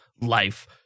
life